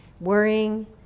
Worrying